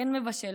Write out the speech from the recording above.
כן מבשל,